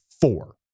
four